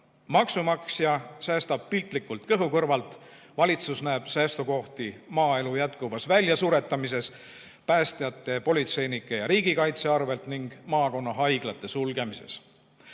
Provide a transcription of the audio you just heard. Maksumaksja säästab piltlikult öeldes kõhu kõrvalt. Valitsus näeb säästukohti maaelu jätkuvas väljasuretamises, päästjate, politseinike ja riigikaitse arvel ning maakonnahaiglate sulgemises.